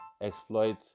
exploit